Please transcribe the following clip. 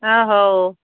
ହଁ ହଉ